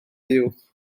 uwch